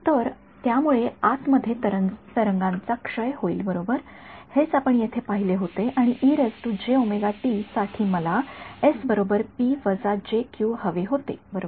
तर त्यामुळे आत मध्ये तरंगांचा क्षय होईल बरोबर हेच आपण येथे पाहिले होते आणि साठी मला हवे होते बरोबर